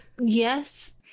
Yes